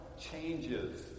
changes